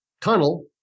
tunnel